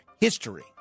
history